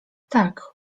tak